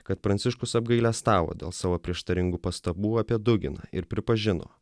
kad pranciškus apgailestavo dėl savo prieštaringų pastabų apie duginą ir pripažino